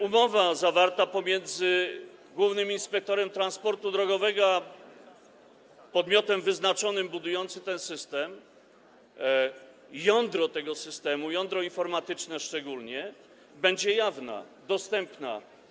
Umowa zawarta pomiędzy głównym inspektorem transportu drogowego a podmiotem wyznaczonym budującym ten system, jądro tego systemu, szczególnie jądro informatyczne, będzie jawna, dostępna.